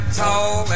tall